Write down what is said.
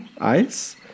ice